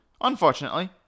Unfortunately